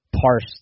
parse